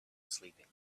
sleeping